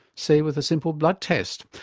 say with a simple blood test?